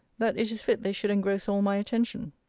that it is fit they should engross all my attention.